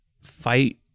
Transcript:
fight